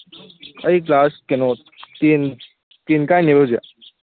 ꯑꯩ ꯀ꯭ꯂꯥꯁ ꯀꯩꯅꯣ ten ten ꯀꯥꯏꯅꯦꯕ ꯍꯧꯖꯤꯛ